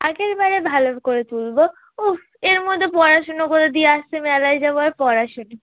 আগের বারে ভালো করে তুলব উফ এর মধ্যে পড়াশুনো কোথা দিয়ে আসছে মেলায় যাব আর পড়াশুনো